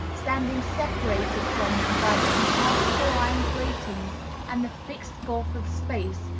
standing separated from them by the impassable iron gratings and the fixed gulf of space,